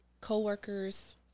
co-workers